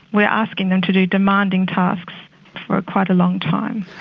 we are asking them to do demanding tasks for quite a long time.